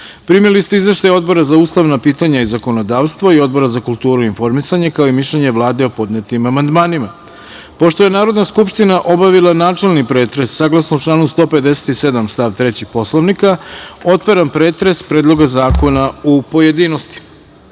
Kiš. Primili ste izveštaje Odbora za ustavna pitanja i zakonodavstvo i Odbora za kulturu i informisanje, kao i mišljenje Vlade o podnetim amandmanima. Pošto je Narodna skupština obavila načelni pretres, saglasno članu 157. stav 3. Poslovnika, otvaram pretres Predloga zakona u pojedinostima. Na